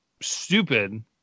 stupid